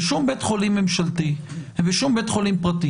בשום בית חולים ממשלתי ובשום בית חולים פרטי